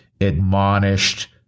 admonished